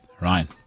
Ryan